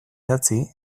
idatzi